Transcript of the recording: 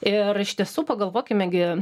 ir iš tiesų pagalvokime gi